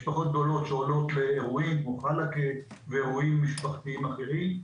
משפחות גדולות שעולות לאירועים כמו חלאקה ואירועים משפחתיים אחרים.